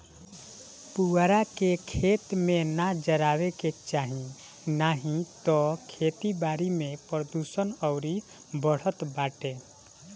पुअरा के, खेत में ना जरावे के चाही नाही तअ खेती बारी में प्रदुषण अउरी बढ़त बाटे